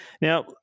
Now